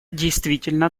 действительно